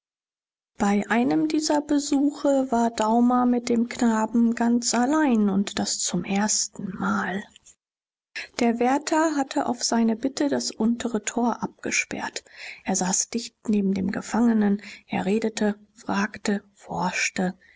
bei einem dieser besuche war daumer mit dem knaben ganz allein und das zum erstenmal der wärter hatte auf seine bitte das untere tor abgesperrt er saß dicht neben dem gefangenen er redete fragte forschte